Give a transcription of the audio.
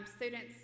Students